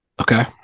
Okay